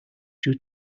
due